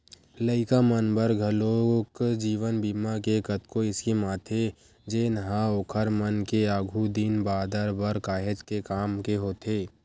लइका मन बर घलोक जीवन बीमा के कतको स्कीम आथे जेनहा ओखर मन के आघु दिन बादर बर काहेच के काम के होथे